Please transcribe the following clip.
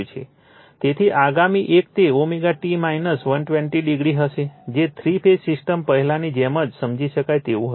તેથી આગામી એક તે t 120o હશે જે થ્રી ફેઝ સિસ્ટમ પહેલાની જેમ જ સમજી શકાય તેવું હશે